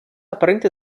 apparente